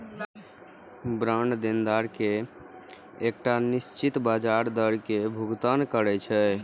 bond देनदार कें एकटा निश्चित ब्याज दर के भुगतान करै छै